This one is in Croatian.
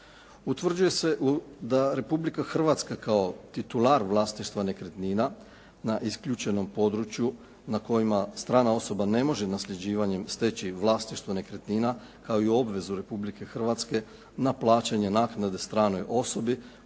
Utvrđuje se da Republika Hrvatska kao titular vlasništva nekretnina na isključenom području na kojima strana osoba ne može nasljeđivanjem steći vlasništvo nekretnina kao i obvezu Republike Hrvatske na plaćanje naknade stranoj osobi